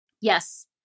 Yes